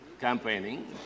campaigning